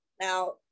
Now